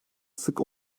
sık